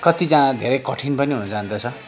कतिजना धेरै कठिन पनि हुन जाँदछ